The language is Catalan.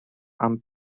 amb